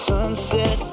Sunset